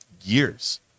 years